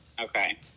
Okay